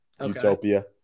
Utopia